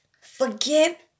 Forget